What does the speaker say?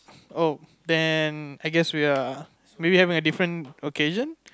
oh then I guess we are maybe we're having a different occasion